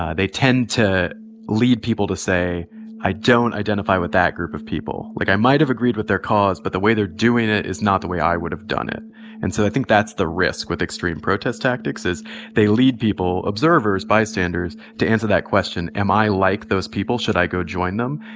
they tend to lead people to say i don't identify with that group of people. like, i might have agreed with their cause, but the way they're doing it is not the way i would have done it and so i think that's the risk with extreme protest tactics, is they lead people observers, bystanders to answer that question am i like those people? should i go join them?